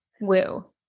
woo